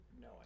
no